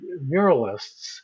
muralists